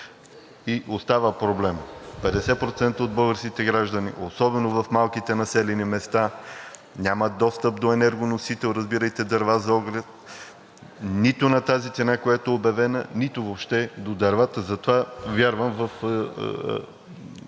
и остава проблем. 50% от българските граждани, особено в малките населени места, нямат достъп до енергоносител, разбирайте дърва за огрев, нито на тази цена, която е обявена, нито въобще до дървата. Затова вярвам в